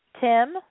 Tim